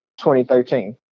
2013